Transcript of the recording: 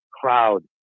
crowd